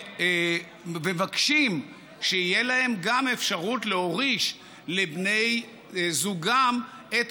ומבקשים שתהיה להם גם אפשרות להוריש לבני זוגם את